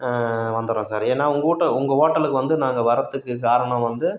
வந்துர்றோம் sir ஏன்னா உங்கள் ஊட்ட உங்கள் ஹோட்டலுக்கு வந்து நாங்கள் வரத்துக்கு காரணம் வந்து